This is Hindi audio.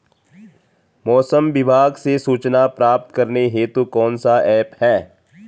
मौसम विभाग से सूचना प्राप्त करने हेतु कौन सा ऐप है?